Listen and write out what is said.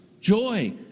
joy